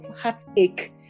heartache